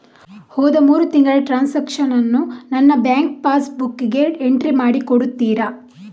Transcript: ಹೋದ ಮೂರು ತಿಂಗಳ ಟ್ರಾನ್ಸಾಕ್ಷನನ್ನು ನನ್ನ ಬ್ಯಾಂಕ್ ಪಾಸ್ ಬುಕ್ಕಿಗೆ ಎಂಟ್ರಿ ಮಾಡಿ ಕೊಡುತ್ತೀರಾ?